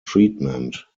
treatment